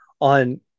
On